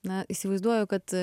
na įsivaizduoju kad